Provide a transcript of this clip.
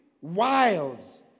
wiles